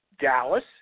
Dallas